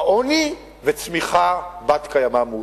עוני וצמיחה בת-קיימא מאוזנת.